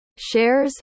shares